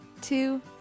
two